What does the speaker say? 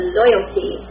loyalty